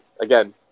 Again